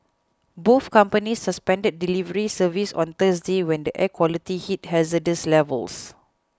both companies suspended delivery service on Thursday when the air quality hit hazardous levels